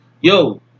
yo